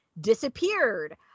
disappeared